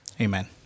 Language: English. Amen